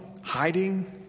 hiding